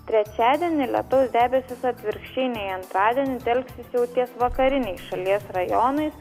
trečiadienį lietaus debesys atvirkščiai nei antradienį telksis jau ties vakariniais šalies rajonais